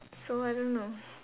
so I don't know